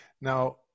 Now